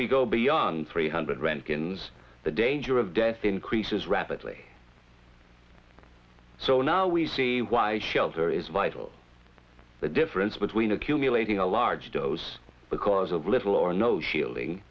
we go beyond three hundred rankin's the danger of death increases rapidly so now we see why shelter is vital the difference between accumulating a large dose because of little or no shielding